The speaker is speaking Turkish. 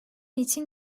için